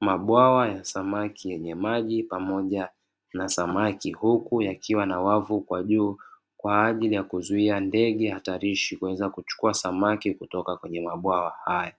Mabwawa ya samaki nyenye maji, pamoja na samaki huku yakiwa na wavu kwa juu, kwa ajili ya kuzuia ndege hatarishi kuweza kuchukua samaki kutoka kwenye mabwawa haya,